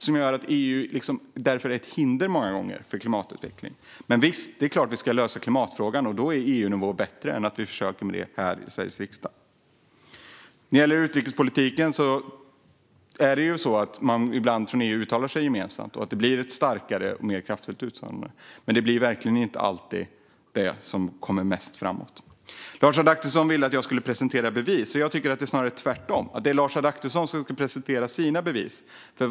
Det gör att EU många gånger är ett hinder för klimatutveckling. Men det är klart att vi ska lösa klimatfrågan, och då är EU-nivå bättre än att vi försöker med detta här i Sveriges riksdag. När det gäller utrikespolitiken uttalar man sig ibland gemensamt från EU, och det blir ett starkare och mer kraftfullt uttalande. Men det är verkligen inte alltid det som kommer mest framåt. Lars Adaktusson ville att jag skulle presentera bevis. Jag tycker att det snarare är tvärtom. Det är Lars Adaktusson som ska presentera sina bevis.